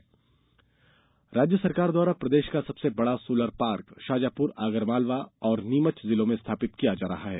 solar park राज्य सरकार द्वारा प्रदेश का सबसे बड़ा सोलर पार्क शाजापुर आगर मालवा और नीमच जिलों में स्थापित किया जा रहा है